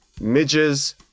midges